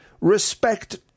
respect